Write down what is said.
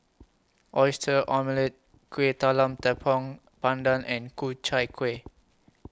Oyster Omelette Kuih Talam Tepong Pandan and Ku Chai Kueh